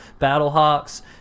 Battlehawks